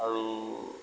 আৰু